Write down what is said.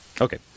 Okay